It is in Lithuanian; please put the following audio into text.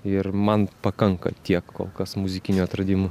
ir man pakanka tiek kol kas muzikinių atradimų